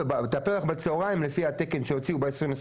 זה לפי התקן שהוציאו עכשיו, ב-2021.